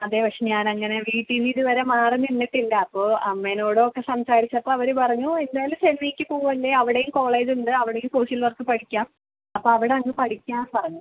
അതെ പക്ഷേ ഞാനങ്ങനെ വീട്ടിൽ നിന്ന് ഇതുവരെ മാറി നിന്നിട്ടില്ല അപ്പോൾ അമ്മേനോടൊക്കെ സംസാരിച്ചപ്പോൾ അവര് പറഞ്ഞു എന്തായാലും ചെന്നൈക്ക് പോകുവല്ലേ അവിടേയും കോളേജുണ്ട് അവിടേയും സോഷ്യൽ വർക്ക് പഠിക്കാം അപ്പം അവിടങ്ങ് പഠിക്കാൻ പറഞ്ഞു